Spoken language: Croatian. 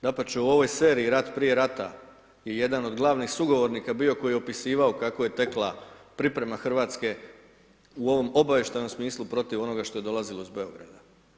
Dapače, u ovoj seriji rat prije rata je jedan od glavnih sugovornika bio koji je opisivao kako je tekla priprema Hrvatske u ovom obavještajnom smislu protiv onog što je dolazilo iz Beograda.